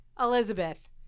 Elizabeth